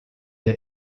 der